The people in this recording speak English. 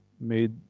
made